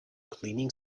cleaning